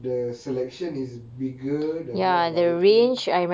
the selection is bigger there's more variety